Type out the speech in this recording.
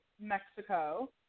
Mexico